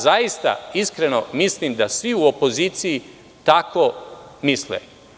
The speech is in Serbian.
Zaista iskreno mislim da svi u opoziciji tako misle.